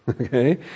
okay